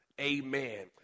Amen